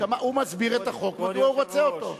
הוא מסביר את החוק, מדוע הוא רוצה אותו.